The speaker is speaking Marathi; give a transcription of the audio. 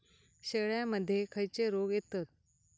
शेळ्यामध्ये खैचे रोग येतत?